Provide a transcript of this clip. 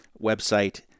website